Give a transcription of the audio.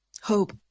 Hope